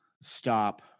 stop